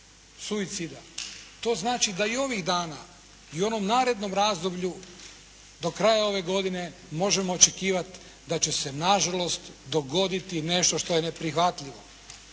suicida, to znači da i ovih dana i u onom narednom razdoblju do kraja ove godine možemo očekivati da će se nažalost dogoditi nešto što je neprihvatljivo.